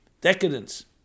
decadence